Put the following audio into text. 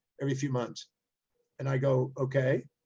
every few months and i go, okay.